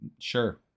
Sure